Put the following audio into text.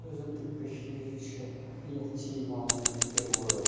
یُس زَن تہِ کٔشیٖر چھِ ییٚتھ چھِ یِوان وَننہٕ پِروٲر